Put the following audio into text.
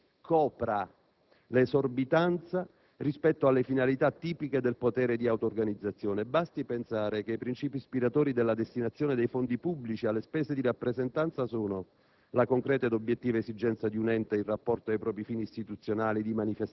che l'immunità funzionale di organi elettivi a rilevanza costituzionale copra l'esorbitanza rispetto alle finalità tipiche del potere di auto-organizzazione. Basti pensare che i principi ispiratori della destinazione dei fondi pubblici alle spese di rappresentanza sono: